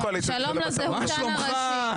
שלום לזהותן הראשי --- מה שלומך?